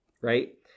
Right